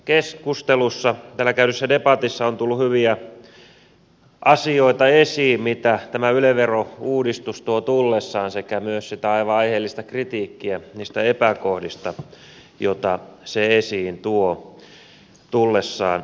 täällä käydyssä debatissa on tullut hyviä asioita esiin mitä tämä yle verouudistus tuo tullessaan sekä myös sitä aivan aiheellista kritiikkiä niistä epäkohdista joita se tullessaan tuo esiin